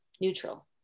neutral